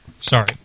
Sorry